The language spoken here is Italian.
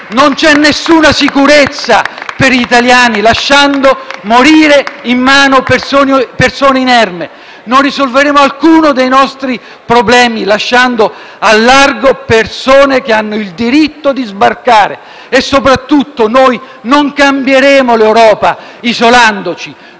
non c'è alcuna sicurezza per gli italiani lasciando morire in mare persone inermi. Non risolveremo alcuno dei nostri problemi lasciando al largo persone che hanno il diritto di sbarcare e soprattutto non cambieremo l'Europa isolandoci.